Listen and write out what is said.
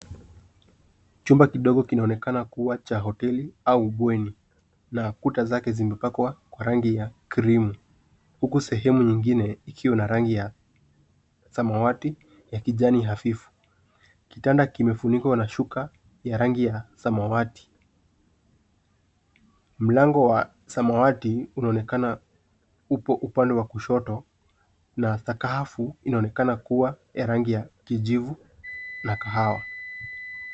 Chumba kidogo kinaonekana kuwa cha hoteli au ubweni na kuta zake zimepakwa kwa rangi ya krimu, huku sehemu nyingine ikiwa na rangi ya samawati ya kijani hafifu. Kitanda kimefunikwa na shuka ya rangi ya samawati. Mlango wa samawati unaonekana upo upande wa kushoto na sakafu inaonekana kuwa ya rangi ya kijivu na kahawa.